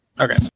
Okay